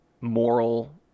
moral